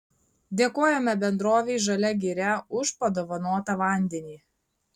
dėkojame bendrovei žalia giria už padovanotą vandenį